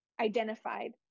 identified